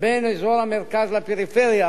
בין אזור המרכז לפריפריה,